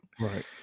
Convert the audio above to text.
Right